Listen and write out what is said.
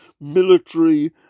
military